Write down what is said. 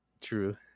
True